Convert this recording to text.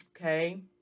okay